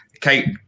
Kate